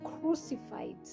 crucified